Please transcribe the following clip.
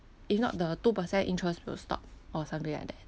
if not the two percent interest will stop or something like that